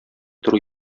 тору